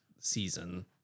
season